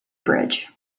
bridge